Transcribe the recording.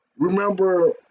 Remember